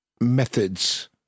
methods